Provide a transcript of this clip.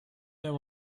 there